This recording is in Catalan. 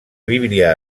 bíblia